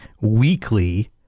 weekly